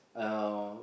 um